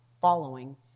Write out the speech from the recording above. following